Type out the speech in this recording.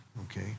okay